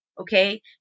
okay